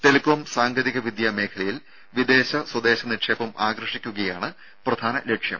telecom സാങ്കേതിക വിദ്യാ മേഖലയിൽ വിദേശ സ്വദേശ നിക്ഷേപം ആകർഷിക്കുകയാണ് പ്രധാന ലക്ഷ്യം